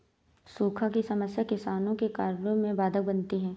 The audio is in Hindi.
सूखा की समस्या किसानों के कार्य में बाधक बनती है